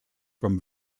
from